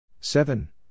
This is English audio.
seven